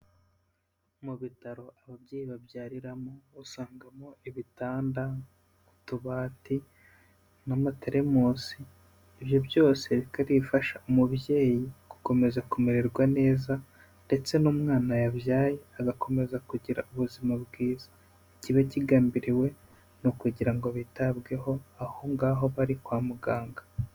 Mu bitaro ababyeyi babyariramo usangamo ibitanda, uubati n'amatelemosi, ibyo byose bikaba ari ibifasha umubyeyi gukomeza kumererwa neza ndetse n'umwana yabyaye agakomeza kugira ubuzima bwiza, ikiba kigambiriwe ni ukugira ngo bitabweho aho ngaho bari kwa muganga.